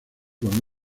con